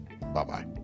Bye-bye